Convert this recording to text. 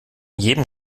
jedem